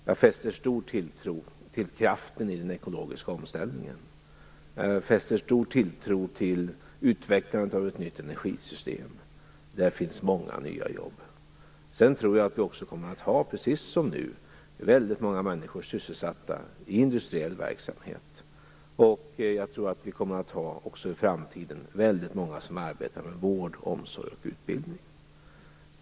Jag fäster stor tilltro till kraften i den ekonomiska omställningen och till utvecklandet av ett nytt energisystem. Där finns många nya jobb. Vidare tror jag att vi - precis som nu - kommer att ha väldigt många människor sysselsatta i industriell verksamhet. Det kommer också att vara många som arbetar med vård, omsorg och utbildning i framtiden.